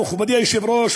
מכובדי היושב-ראש,